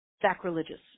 sacrilegious